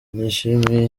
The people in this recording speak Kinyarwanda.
nishimiye